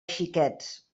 xiquets